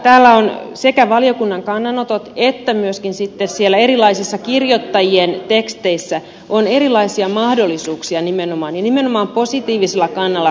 täällä ovat valiokunnan kannanotot ja myöskin sitten siellä erilaisissa kirjoittajien teksteissä on nimenomaan erilaisia mahdollisuuksia ja nimenomaan positiivisella kannalla nähtyinä